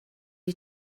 you